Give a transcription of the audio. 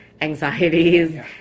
anxieties